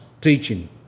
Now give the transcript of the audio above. teaching